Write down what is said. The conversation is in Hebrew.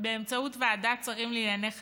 באמצעות ועדת שרים לענייני חקיקה,